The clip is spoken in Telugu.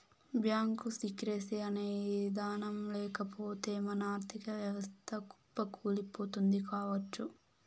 బ్యాంకు సీక్రెసీ అనే ఇదానం లేకపోతె మన ఆర్ధిక వ్యవస్థ కుప్పకూలిపోతుంది కావచ్చు